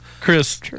Chris